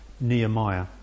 Nehemiah